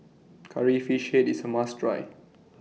Curry Fish Head IS A must Try